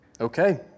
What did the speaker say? okay